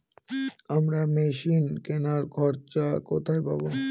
আমরা মেশিন কেনার খরচা কোথায় পাবো?